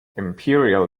imperial